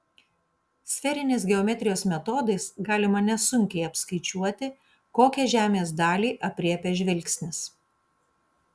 sferinės geometrijos metodais galima nesunkiai apskaičiuoti kokią žemės dalį aprėpia žvilgsnis